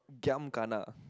giam kana